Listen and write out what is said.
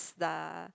the